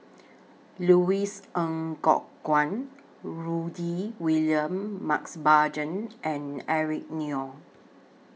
Louis Ng Kok Kwang Rudy William Mosbergen and Eric Neo